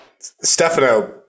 Stefano